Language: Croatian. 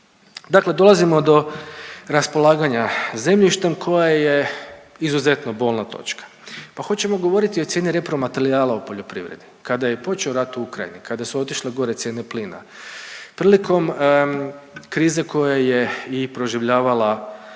Dakle, dolazimo do raspolaganja zemljištem koja je izuzetno bolna točka. Pa hoćemo govoriti o cijeni repromaterijala u poljoprivredi. Kada je počeo rat u Ukrajini, kada su otišle gore cijene plina prilikom krize koja je i proživljavala